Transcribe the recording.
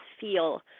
feel